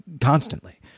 constantly